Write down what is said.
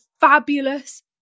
fabulous